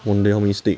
!waliao! mistake